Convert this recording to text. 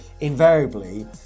invariably